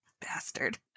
bastard